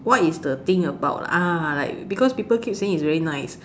what is the thing about ah like because people keep saying it is very nice